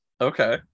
Okay